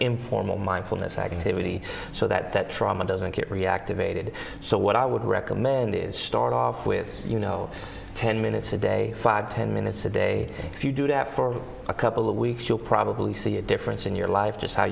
informal mindfulness activity so that that trauma doesn't get reactivated so what i would recommend is start off with you know ten minutes a day five ten minutes a day if you do that for a couple of weeks you'll probably see a difference in your life just how